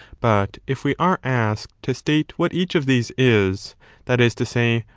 but if we are asked to state what each of these is that is to say,